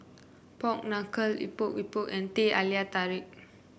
Pork Knuckle Epok Epok and Teh Halia Tarik